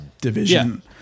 division